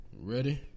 Ready